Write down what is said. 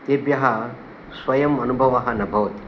तेभ्यः स्वयम् अनुभवः न भवति